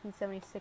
1976